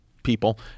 people